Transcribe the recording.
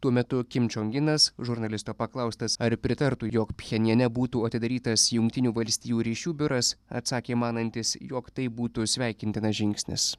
tuo metu kim čion inas žurnalisto paklaustas ar pritartų jog pchenjane būtų atidarytas jungtinių valstijų ryšių biuras atsakė manantis jog tai būtų sveikintinas žingsnis